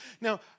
Now